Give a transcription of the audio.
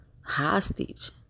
hostage